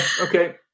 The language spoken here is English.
okay